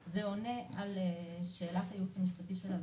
(א)." זה עונה על שאלת הייעוץ המשפטי של הוועדה,